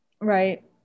right